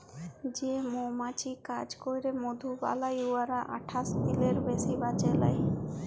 যে মমাছি কাজ ক্যইরে মধু বালাই উয়ারা আঠাশ দিলের বেশি বাঁচে লায়